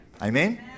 Amen